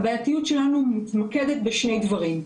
הבעייתיות שלנו מתמקדת בשני דברים.